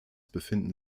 befinden